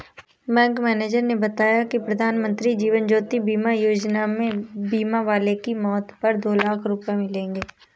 bank manager ने बताया कि प्रधानमंत्री जीवन ज्योति बीमा योजना में बीमा वाले की मौत पर दो लाख रूपये मिलेंगे